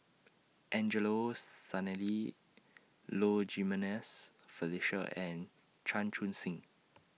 Angelo Sanelli Low Jimenez Felicia and Chan Chun Sing